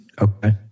Okay